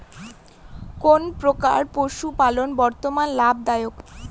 কোন প্রকার পশুপালন বর্তমান লাভ দায়ক?